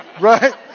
right